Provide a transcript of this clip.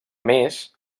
més